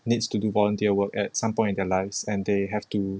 needs to do volunteer work at some point in their lives and they have to